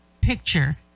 picture